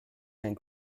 and